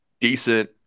decent